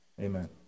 Amen